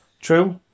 True